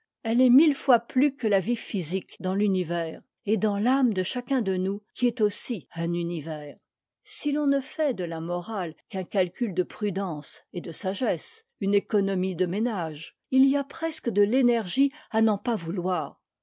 elle est mille fois plus que la vie physique dans l'univers et dans l'âme de chacun de nous qui est aussi un univers si i'on ne fait de la morale qu'un calcul de prudence et de sagesse une économie de ménage il y a presque de l'énergie à n'en pas vouloir